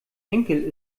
enkel